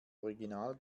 original